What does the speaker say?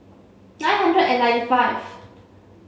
nine hundred and ninety five